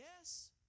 yes